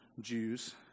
Jews